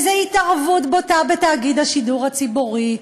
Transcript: זאת התערבות בוטה בתאגיד השידור הציבורי,